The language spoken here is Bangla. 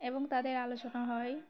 এবং তাদের আলোচনা হয়